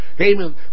amen